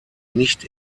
nicht